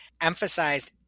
emphasized